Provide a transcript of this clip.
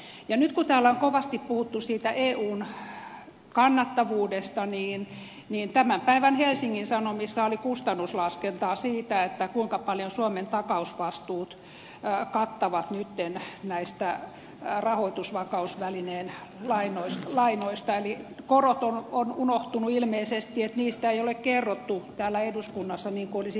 nyt kun täällä on kovasti puhuttu siitä eun kannattavuudesta niin tämän päivän helsingin sanomissa oli kustannuslaskentaa siitä kuinka paljon suomen takausvastuut kattavat nyt näistä rahoitusvakausvälineen lainoista eli korot ovat unohtuneet ilmeisesti niistä ei ole kerrottu täällä eduskunnassa niin kuin olisi pitänyt